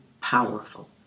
powerful